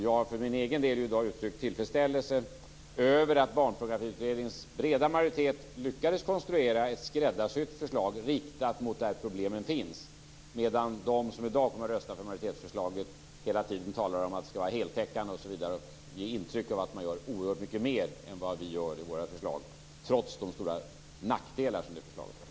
Jag har för min egen del i dag uttryckt tillfredsställelse över att Barnpornografiutredningens breda majoritet lyckades konstruera ett skräddarsytt förslag riktat mot där problemen finns, medan de som i dag kommer att rösta för majoritetsförslaget hela tiden talar om att det skall vara heltäckande, osv. och ger intryck av att man gör oerhört mycket mer än vad vi gör i våra förslag, trots de stora nackdelar som detta förslag har.